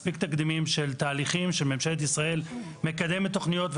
מספיק תקדימים של תהליכים שממשלת ישראל מקדמת תוכניות,